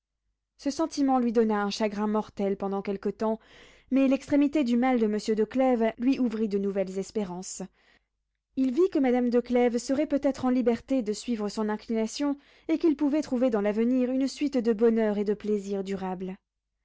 ce sentiment lui donna un chagrin mortel pendant quelque temps mais l'extrémité du mal de monsieur de clèves lui ouvrit de nouvelles espérances il vit que madame de clèves serait peut-être en liberté de suivre son inclination et qu'il pourrait trouver dans l'avenir une suite de bonheur et de plaisirs durables